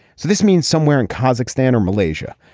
so this means somewhere in kazakhstan or malaysia.